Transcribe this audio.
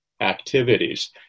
activities